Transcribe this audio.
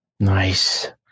Nice